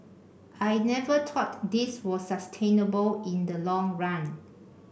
I never thought this was sustainable in the long run